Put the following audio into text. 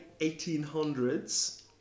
1800s